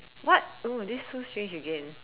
what oh this is so strange again